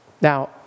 Now